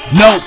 no